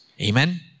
Amen